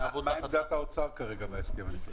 מה עמדת משרד האוצר בהסכם הזה?